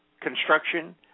construction